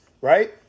right